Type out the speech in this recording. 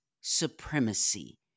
supremacy